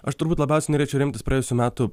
aš turbūt labiausiai norėčiau remtis praėjusių metų